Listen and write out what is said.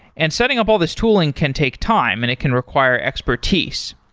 and setting up all this tooling can take time and it can require expertise.